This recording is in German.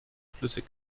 flüssig